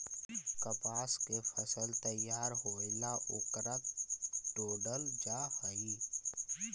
कपास के फसल तैयार होएला ओकरा तोडल जा हई